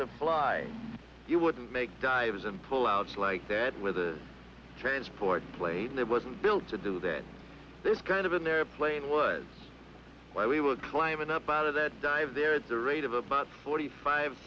supply you wouldn't make dives and pullouts like that with a transport plane that wasn't built to do that this kind of an airplane was why we were climbing up out of that dive there at the rate of about forty five